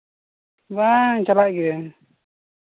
ᱵᱟᱝ ᱪᱟᱞᱟᱜ ᱜᱤᱭᱟᱹᱧ